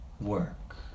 work